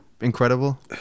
incredible